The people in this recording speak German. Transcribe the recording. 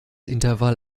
intervall